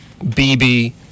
BB